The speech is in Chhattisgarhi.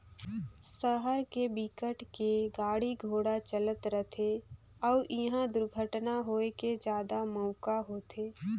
सहर के बिकट के गाड़ी घोड़ा चलत रथे अउ इहा दुरघटना होए के जादा मउका होथे